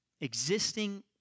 existing